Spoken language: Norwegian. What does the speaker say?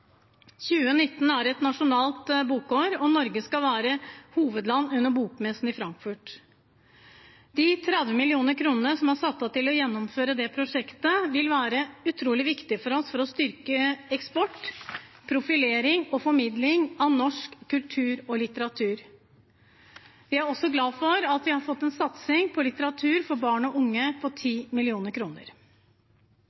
2019 er et nasjonalt bokår, og Norge skal være hovedland under bokmessen i Frankfurt. De 30 mill. kr som er satt av til å gjennomføre det prosjektet, vil være utrolig viktig for oss for å styrke eksport, profilering og formidling av norsk kultur og litteratur. Vi er også glad for at vi har fått en satsing på litteratur for barn og unge på